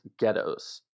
ghettos